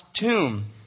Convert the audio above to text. tomb